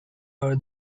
her